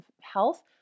health